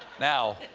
now